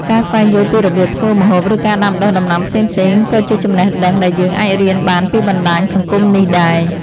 ការស្វែងយល់ពីរបៀបធ្វើម្ហូប ឬការដាំដុះដំណាំផ្សេងៗក៏ជាចំណេះដឹងដែលយើងអាចរៀនបានពីបណ្តាញសង្គមនេះដែរ។